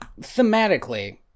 Thematically